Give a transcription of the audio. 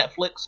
Netflix